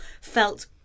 felt